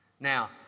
Now